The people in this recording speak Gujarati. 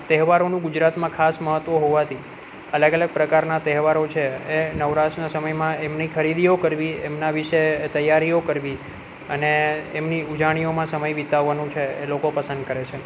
તહેવારોનું ગુજરાતમાં ખાસ મહત્વ હોવાથી અલગ અલગ પ્રકારના તહેવારો છે એ નવરાશના સમયમાં એમની ખરીદીઓ કરવી એમના વિષે તૈયારીઓ કરવી અને એમની ઉજાણીઓમાં સમય વિતાવાનું છે એ લોકો પસંદ કરે છે